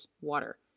water